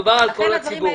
מדובר על כל הציבור.